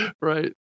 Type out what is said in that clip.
Right